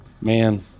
Man